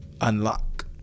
unlock